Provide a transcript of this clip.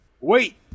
Wait